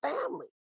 family